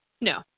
No